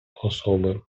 особи